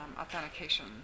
authentication